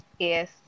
Yes